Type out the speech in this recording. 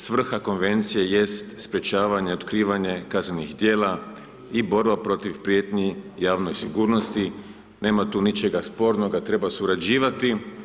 Svrha Konvencije jest sprječavanje i otkrivanje kaznenih djela i borba protiv prijetnji javnoj sigurnost, nema tu ničega spornoga, treba surađivati.